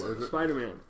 Spider-Man